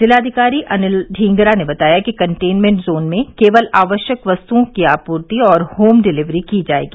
जिलाधिकारी अनिल ढींगरा ने बताया कि कंटेनमेन्ट जोन में केवल आवश्यक वस्तुओं की आपूर्ति और होम डिलीवरी की जाएगी